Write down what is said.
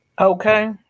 okay